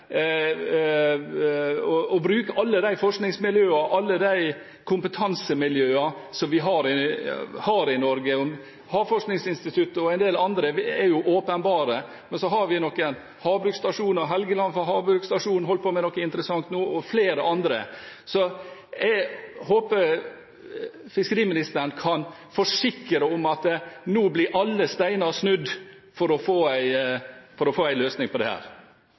alle de forskningsmiljøene og alle de kompetansemiljøene som vi har i Norge. Havforskningsinstituttet og en del andre er åpenbare, men så har vi noen havbruksstasjoner – Helgeland Havbruksstasjon holder på med noe interessant nå og flere andre. Jeg håper fiskeriministeren kan forsikre om at nå blir alle steiner snudd for å få en løsning på dette. Bare for å